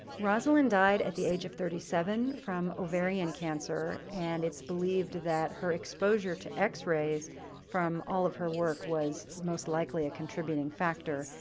rosalind died at the age of thirty seven from ovarian cancer, and it's believed that her exposure to x-rays from all of her work was most likely a contributing factor.